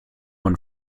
man